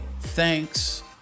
thanks